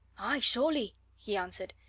aye, surely! he answered.